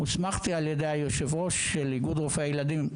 הוסמכתי על ידי יושב-ראש איגוד רופאי הילדים,